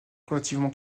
relativement